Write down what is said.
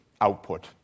output